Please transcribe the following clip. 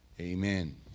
Amen